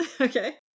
Okay